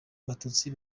abatutsi